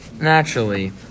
naturally